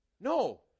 No